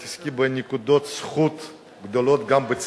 הצלת את כבודו של הליכוד שהגעת לפה לדיון הזה,